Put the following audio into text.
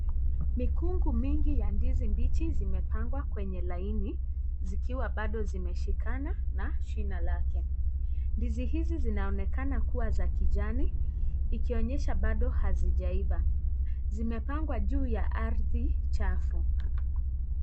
Mikungu mingi ya ndizi mbichi zimepangwa kwenye laini zikiwa bado zimeshikana na shina lake, ndizi hizi zinaonekana kuwa za kijani ikionyesha bado hazijaiva, zimepangwa juu ya ardhi chafu.